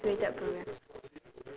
integrated programme